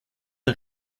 der